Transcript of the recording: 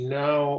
now